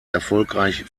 erfolgreich